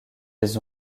des